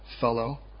fellow